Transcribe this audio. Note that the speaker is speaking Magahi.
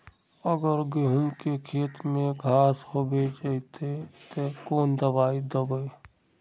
अगर गहुम के खेत में घांस होबे जयते ते कौन दबाई दबे?